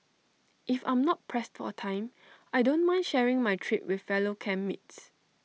if I'm not pressed for time I don't mind sharing my trip with fellow camp mates